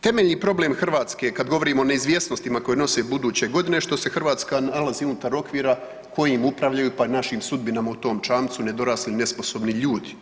Temeljni problem Hrvatske kad govorimo o neizvijesnostima koje nose buduće godine što se Hrvatska nalazi unutar okvira kojim upravljaju pa i našim sudbinama u tom čamcu nedorasli i nesposobni ljudi.